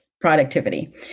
productivity